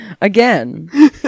again